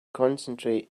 concentrate